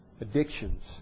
addictions